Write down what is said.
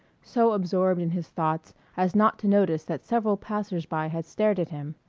so absorbed in his thoughts as not to notice that several passers-by had stared at him.